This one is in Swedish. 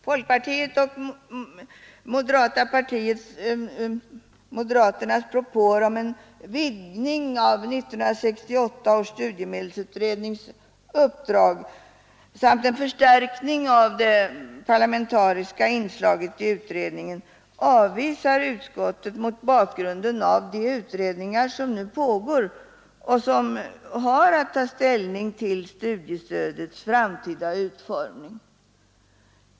Folkpartiets och moderaternas propåer om en utvidgning av 1968 års studiemedelsutrednings uppdrag samt en förstärkning av det parlamentariska inslaget i utredningen avvisar utskottet mot bakgrunden av de utredningar som nu pågår och som har att ta ställning till studiestödets framtida utformning.